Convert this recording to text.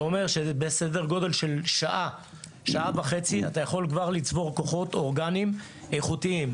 זה אומר שתוך שעה-שעה וחצי אתה יכול כבר לצבור כוחות אורגניים איכותיים.